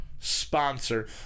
sponsor